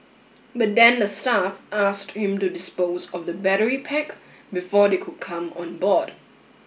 but then the staff asked him to dispose of the battery pack before they could come on board